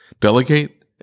delegate